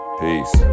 Peace